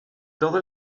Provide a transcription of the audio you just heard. todo